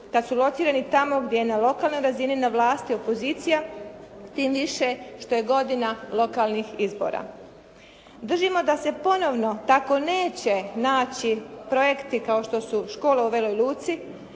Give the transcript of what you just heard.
kada su locirani tamo gdje na lokalnoj razini na vlasti opozicija, tim više što je godina lokalnih izbora. Držimo da se ponovno tako neće naći projekti kao što su škola u Veloj Luci,